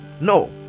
no